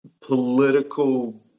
political